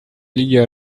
лиги